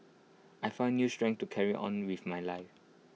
I found new strength to carry on with my life